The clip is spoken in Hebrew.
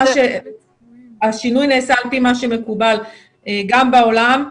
השינוי נעשה על-פי מה שמקובל גם בעולם,